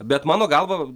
bet mano galva